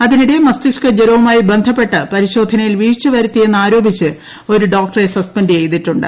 അതിനിടെ മസ്തിഷ്കജരവുമായി ബന്ധപ്പെട്ട് പരിശോധനയിൽ വീഴ്ച വരുത്തിയെന്നാരോപിച്ച് ഒരു ഡോക്ടറെ സസ്പെന്റ് ചെയ്തിട്ടുണ്ട്